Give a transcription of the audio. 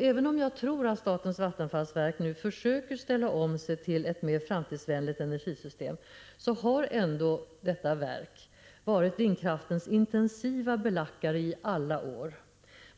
Även om jag tror att statens vattenfallsverk nu försöker ställa om till ett mer framtidsvänligt energisystem har ändå detta verk varit vindkraftens intensivaste belackare i alla år.